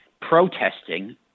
protesting